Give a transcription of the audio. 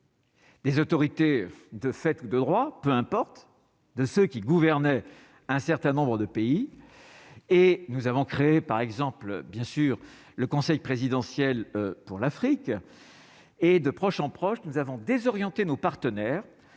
les autorités de fait ou de droit, peu importe, de ceux qui gouvernaient, un certain nombre de pays et nous avons créé, par exemple, bien sûr, le Conseil présidentiel pour l'Afrique et de proche en proche, nous avons désorienté nos partenaires,